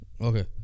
Okay